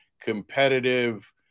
competitive